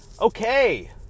Okay